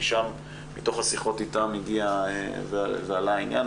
מתוך השיחות איתם הגיע ועלה העניין.